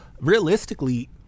realistically